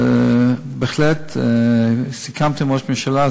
בהחלט סיכמתי עם ראש הממשלה,